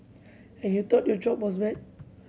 and you thought your job was bad